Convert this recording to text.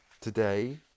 Today